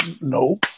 No